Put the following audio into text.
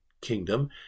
kingdom